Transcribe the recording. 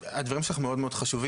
הדברים שלך הם מאוד מאוד חשובים,